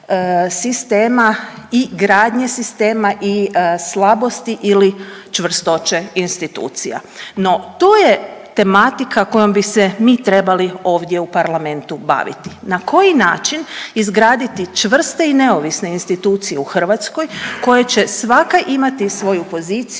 i gradnje sistema i slabosti ili čvrstoće institucija. No to je tematika kojom bi se mi trebali ovdje u parlamentu baviti, na koji način izgraditi čvrste i neovisne institucije u Hrvatskoj koje će svaka imati svoju poziciju